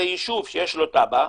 זה יישוב שיש לו תב"ע,